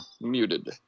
Muted